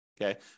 okay